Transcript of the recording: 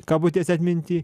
kabutėse atminty